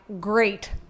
Great